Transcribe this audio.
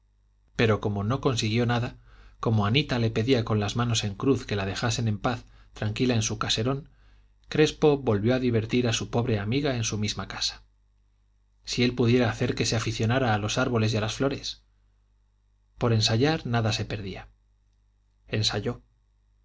pero como no consiguió nada como anita le pedía con las manos en cruz que la dejasen en paz tranquila en su caserón crespo resolvió divertir a su pobre amiga en su misma casa si él pudiera hacer que se aficionara a los árboles y a las flores por ensayar nada se perdía ensayó